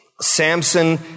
Samson